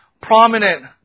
prominent